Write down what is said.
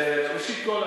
ראשית כול,